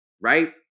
right